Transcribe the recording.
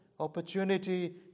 Opportunity